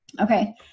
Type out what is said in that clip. okay